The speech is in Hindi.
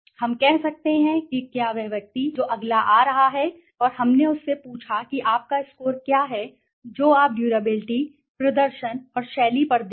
हम कह सकते हैं कि क्या वह व्यक्ति जो अगले आ रहा है और हमने उससे पूछा कि आपका स्कोर क्या है जो आप डुराबिलिटी प्रदर्शन और शैली पर देंगे